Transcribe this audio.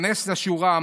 היכנס לשורה,